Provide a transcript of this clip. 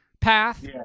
path